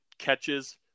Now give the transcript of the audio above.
Catches